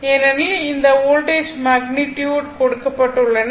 ஏனெனில் இந்த voltage magnitude கொடுக்கப்பட்டுள்ளன